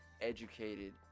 educated